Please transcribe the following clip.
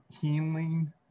healing